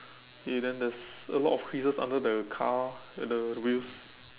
okay then there's a lot of creases under the car at the wheels